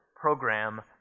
program